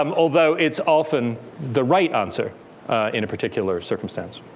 um although it's often the right answer in a particular circumstance.